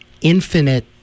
infinite